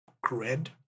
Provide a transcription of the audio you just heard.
grid